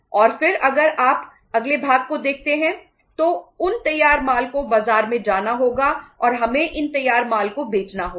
और फिर अगर आप अगले भाग को देखते हैं तो उन तैयार माल को बाजार में जाना होगा और हमें इन तैयार माल को बेचना होगा